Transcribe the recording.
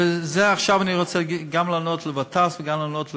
עכשיו אני רוצה גם לענות לגטאס וגם לענות לכולם.